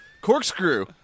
Corkscrew